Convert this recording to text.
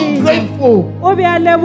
grateful